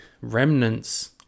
remnants